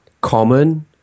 common